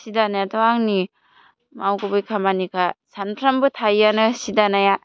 सि दानायाथ' आंनि मावगुबै खामानिखा सानफ्रामबो थायोयानो सि दानाया